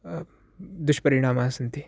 दुष्परिणामाः सन्ति